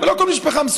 אבל לא כל משפחה מסוגלת,